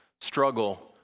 Struggle